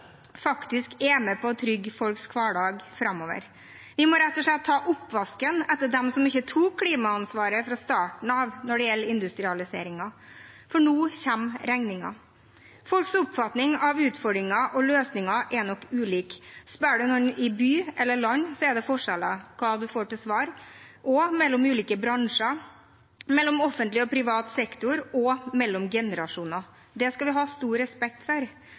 faktisk er med på å trygge folks hverdag framover. Vi må rett og slett ta oppvasken etter dem som ikke tok klimaansvaret fra starten av når det gjelder industrialiseringen, for nå kommer regningen. Folks oppfatning av utfordringer og løsninger er nok ulik. Om en spør folk i by eller land, er det forskjeller på hva en får til svar. Det samme gjelder mellom ulike bransjer, mellom offentlig og privat sektor og mellom generasjoner. Det skal vi ha stor respekt for.